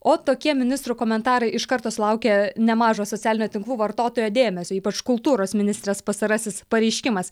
o tokie ministrų komentarai iš karto sulaukė nemažo socialinių tinklų vartotojų dėmesio ypač kultūros ministrės pastarasis pareiškimas